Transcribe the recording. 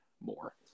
more